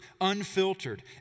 unfiltered